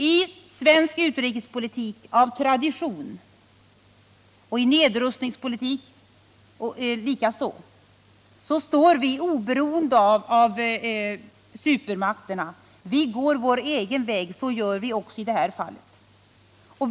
Sverige står när det gäller utrikespolitiken och nedrustningspolitiken av tradition oberoende av supermakterna. Vi går vår egen väg, och det gör vi också i det här fallet.